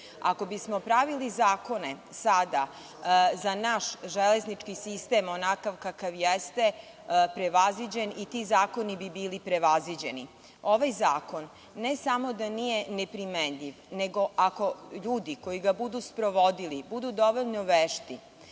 Ako bismo pravili zakone sada za naš železnički sistem onakav kakav jeste, prevaziđen, i ti zakoni bi bili prevaziđeni. Ovaj zakon ne samo da nije neprimenjiv, nego ako ljudi koji ga budu sprovodili budu dovoljno vešti